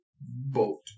Boat